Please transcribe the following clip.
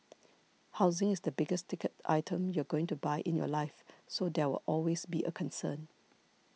housing is the biggest ticket item you're going to buy in your life so there will always be a concern